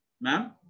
Ma'am